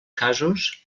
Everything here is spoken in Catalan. casos